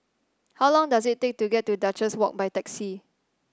how long does it take to get to Duchess Walk by taxi